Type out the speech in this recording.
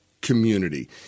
Community